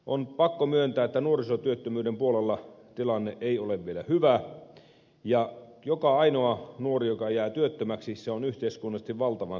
on pakko myöntää että nuorisotyöttömyyden puolella tilanne ei ole vielä hyvä ja joka ainoa nuori joka jää työttömäksi on yhteiskunnallisesti valtavan suuri riski